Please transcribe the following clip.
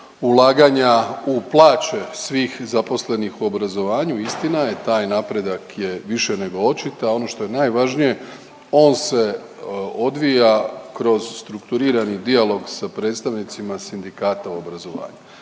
ulaganja u plaće svih zaposlenih u obrazovanju istina je taj napredak je više nego očit, a ono što je najvažnije on se odvija kroz strukturirani dijalog sa predstavnicima sindikata u obrazovanju.